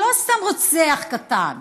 הוא לא סתם רוצח קטן.